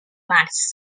març